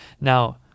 Now